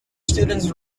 students